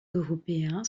européen